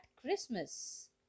Christmas